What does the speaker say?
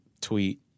tweet